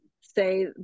say